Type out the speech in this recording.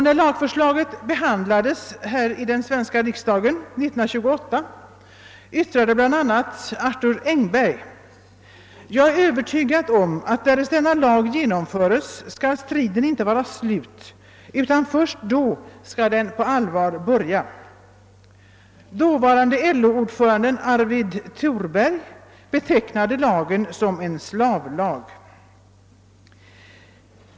När lagförslaget behandlades här i den svenska riksdagen 1928 yttrade bland andra Arthur Engberg: »Jag är övertygad om att därest denna lag genomföres skall striden inte vara slut, utan först då skall den på allvar börja.» Dåvarande LO-ordföranden Arvid Thorberg betecknade lagen som en slavlag.